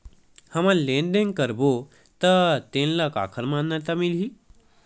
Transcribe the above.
हमन लेन देन करबो त तेन ल काखर मान्यता मिलही?